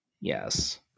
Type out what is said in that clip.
Yes